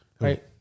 Right